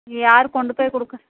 யார் கொண்டு போய் கொடுக்குறது